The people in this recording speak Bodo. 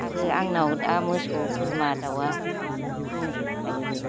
आरो आंनाव दा मोसौ बोरमा दाउआ दंजोबखायोबो